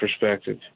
perspective